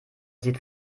sieht